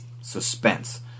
suspense